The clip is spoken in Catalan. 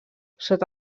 sota